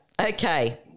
Okay